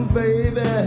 baby